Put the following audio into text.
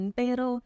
pero